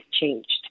changed